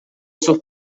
sus